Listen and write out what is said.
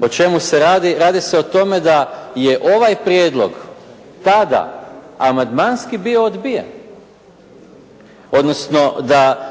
O čemu se radi? Radi se o tome da je ovaj prijedlog tada amandmanski bio odbijen, odnosno da